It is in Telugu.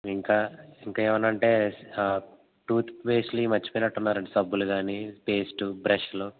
ఇంకా ఇంకా ఏంఅన్నా అంటే టూత్పేస్ట్లు ఇవి మర్చిపోయినట్టు ఉన్నారండి సబ్బులు కానీ పేస్ట్ బ్రెష్లు